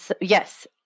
Yes